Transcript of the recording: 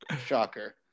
shocker